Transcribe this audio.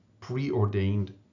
preordained